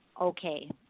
okay